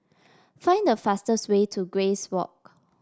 find the fastest way to Grace Walk